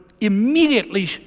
immediately